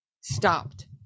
stopped